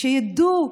שידעו,